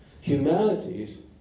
Humanities